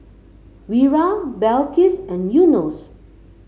Wira Balqis and Yunos